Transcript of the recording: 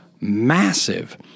massive